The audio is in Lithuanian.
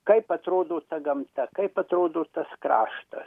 kaip atrodo ta gamta kaip atrodo tas kraštas